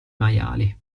maiali